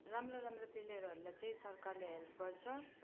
राम्रा राम्रा प्लेयरहरूलाई चाहिँ सरकारले हेल्प गर्छ